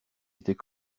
était